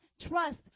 trust